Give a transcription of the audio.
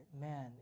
Man